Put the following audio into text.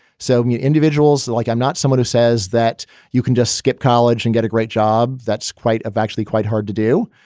so you individuals like i'm not someone who says that you can just skip college and get a great job. that's quite a actually quite hard to do.